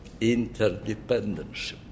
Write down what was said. interdependence